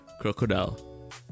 crocodile